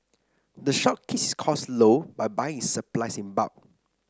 the shop keep its costs low by buying its supplies in bulk